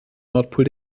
nordpol